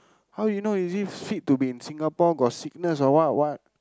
how you know is it fit to be in Singapore got sickness or what what